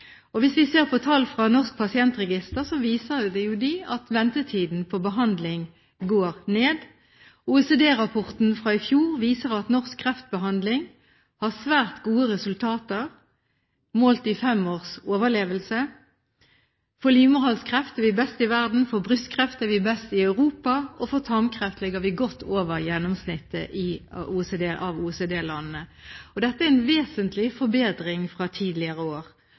Hvis vi ser på tall fra Norsk pasientregister, viser jo de at ventetiden på behandling går ned. OECD-rapporten fra i fjor viser at norsk kreftbehandling har svært gode resultater målt i femårs overlevelse. For livmorhalskreft er vi best i verden, for brystkreft er vi best i Europa, og for tarmkreft ligger vi godt over gjennomsnittet for OECD-landene. Dette er en vesentlig forbedring fra tidligere år.